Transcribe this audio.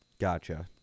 Gotcha